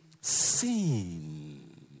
seen